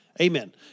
Amen